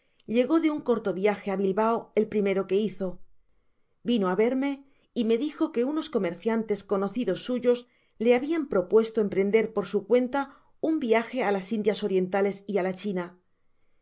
llegó de un corto viaje á bilbao el primero que hizo vino á verme y me dijo que unos comerciantes conocidos suyos le habian propuesto emprender por su cuenta un viaje á las indias orientales y á la china